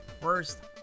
first